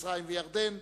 מצרים וירדן,